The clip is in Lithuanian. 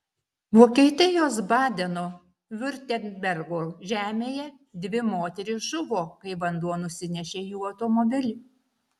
vokietijos badeno viurtembergo žemėje dvi moterys žuvo kai vanduo nusinešė jų automobilį